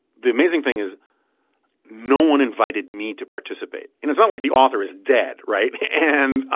the amazing thing is no one invited me to participate. it's not like the author is dead, right? and